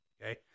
Okay